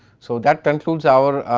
so that concludes our